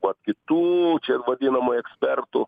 va kitų čia ir vadinamų ekspertų